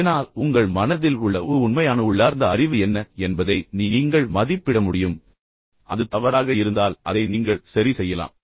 இதனால் உங்கள் மனதில் உள்ள உங்கள் உண்மையான உள்ளார்ந்த அறிவு என்ன என்பதை நீங்கள் உண்மையில் மதிப்பிட முடியும் அது தவறாக இருந்தால் அதை நீங்கள் சரி செய்யலாம்